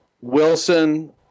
Wilson